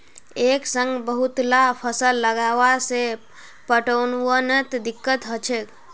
एक संग बहुतला फसल लगावा से पटवनोत दिक्कत ह छेक